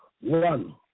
One